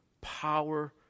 power